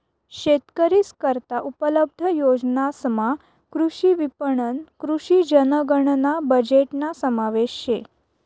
शेतकरीस करता उपलब्ध योजनासमा कृषी विपणन, कृषी जनगणना बजेटना समावेश शे